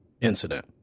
incident